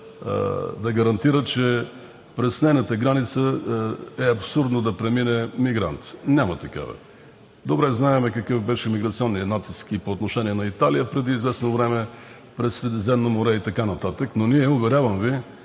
да гарантира, че през нейната граница е абсурдно да премине мигрант. Няма такава! Добре знаем какъв беше миграционният натиск по отношение и на Италия преди известно време през Средиземно море и така нататък, но ние, уверявам Ви,